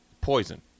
Poison